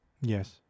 Yes